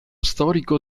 storico